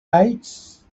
thighs